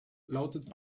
lautet